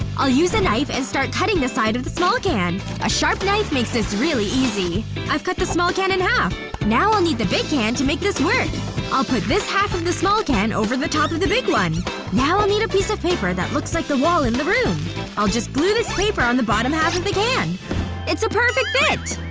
i'll use a knife and start cutting the side of the small can a sharp knife makes this really easy i've cut the small can in half now i'll need the big can to make this work i'll put this half of the small can over the top of the big one now i'll need a piece of paper that looks like the wall in the room i'll just glue this paper on the bottom half of the can it's a perfect fit!